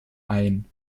ein